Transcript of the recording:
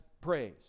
praise